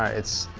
ah it's.